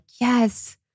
yes